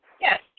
Yes